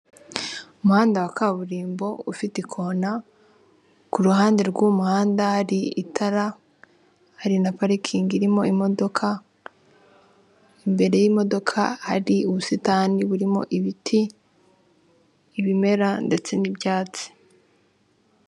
Umuhanda wa kaburimbo ufite ikona, kuru ruhande rw'umuhanda hari itara hari na parikingi irimo imodoka, imbere y'imodoka hari ubusitani burimo ibiti ibimera ndetse n'ibyatsi.